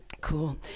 Cool